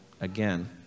again